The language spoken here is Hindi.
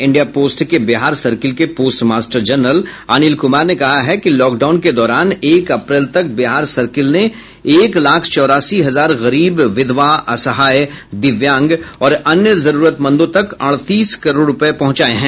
इंडिया पोस्ट के बिहार सर्किल के post master general Anil Kumar ने कहा है कि लॉकडाउन के दौरान एक अप्रैल तक बिहार सर्किल ने एक लाख चौरासी हजार गरीब विधवा असहाय दिव्यांग और अन्य जरूरतमंदों तक अड़तीस करोड़ रुपये पहुंचाए हैं